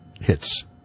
hits